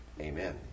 Amen